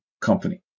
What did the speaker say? company